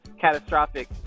catastrophic